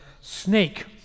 snake